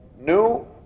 new